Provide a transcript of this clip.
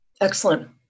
Excellent